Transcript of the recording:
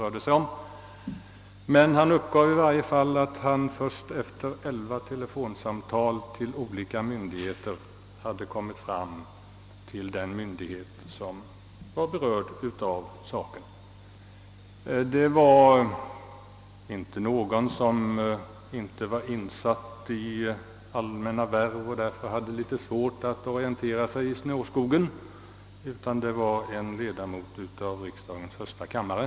Vederbörande uppgav att han först efter elva telefonsamtal till olika myndigheter kommit fram till den myndighet som handlade ärendet. Denna person var inte någon som så att säga inte var erfaren i allmänna värv och därför hade svårt att orientera sig i snårskogen, utan det var en ledamot av riksdagens första kammare.